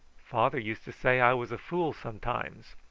father used to say i was a fool sometimes.